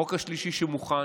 החוק השלישי שמוכן,